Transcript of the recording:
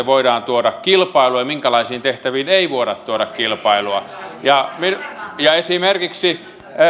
voidaan tuoda kilpailua ja minkälaisiin tehtäviin ei voida tuoda kilpailua esimerkiksi